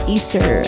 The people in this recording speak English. Easter